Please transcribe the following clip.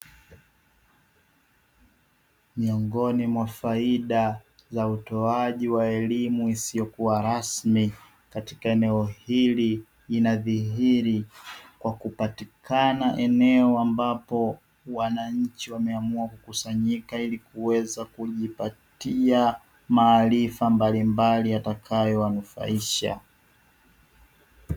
Miongoni mwa faida za utoaji wa elimu isiyokuwa rasmi katika eneo hili inadhihiri kwa kupatikana eneo ambapo wananchi wameamua kukusanyika ili kuweza kujipatia maarifa mbalimbali yatakayowanufaisha.